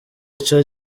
ico